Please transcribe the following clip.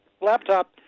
laptop